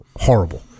horrible